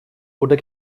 oder